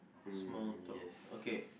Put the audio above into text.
mm yes